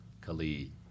Khalid